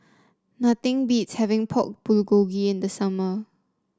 nothing beats having Pork Bulgogi in the summer